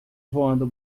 voando